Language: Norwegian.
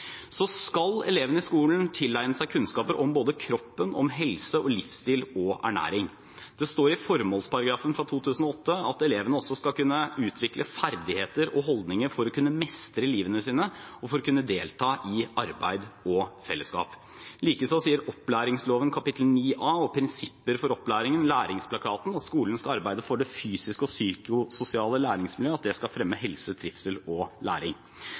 livsstil og ernæring. Det står i formålsparagrafen fra 2008 at elevene også skal kunne utvikle ferdigheter og holdninger for å kunne mestre livene sine og for å kunne delta i arbeid og fellesskap. Likeså sier opplæringsloven kapittel 9a og prinsipper for opplæringen – Læringsplakaten – at skolen skal arbeide for det fysiske og psykososiale læringsmiljøet, og at det skal fremme helse, trivsel og læring.